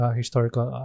historical